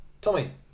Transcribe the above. Tommy